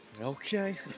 Okay